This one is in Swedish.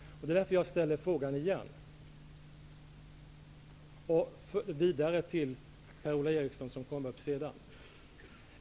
Jag ställer därför min fråga igen, och jag riktar den även till Per-Ola Eriksson som kommer att tala senare.